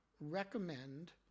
recommend